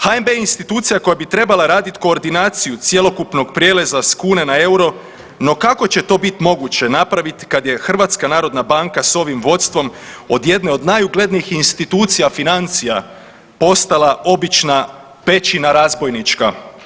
HNB je institucija koja bi trebala raditi koordinaciju cjelokupnog prijelaza sa kune na euro, no kako će to biti moguće napraviti kada je Hrvatska narodna banka sa ovim vodstvom od jedne od najuglednijih institucija financija postala obična pećina razbojnička.